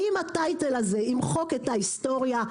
האם ה"טייטל" הזה ימחק את ההיסטוריה?